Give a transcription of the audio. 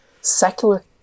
Secular